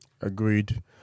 Agreed